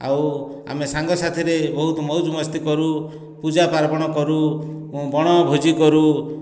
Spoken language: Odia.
ଆଉ ଆମେ ସାଙ୍ଗସାଥିରେ ବହୁତ ମଉଜମସ୍ତି କରୁ ପୂଜାପାର୍ବଣ କରୁ ବଣଭୋଜି କରୁ